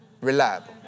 Reliable